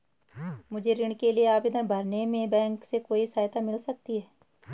मुझे ऋण के लिए आवेदन भरने में बैंक से कोई सहायता मिल सकती है?